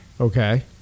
Okay